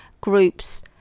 groups